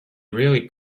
really